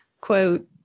quote